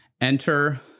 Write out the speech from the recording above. Enter